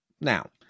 Now